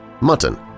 mutton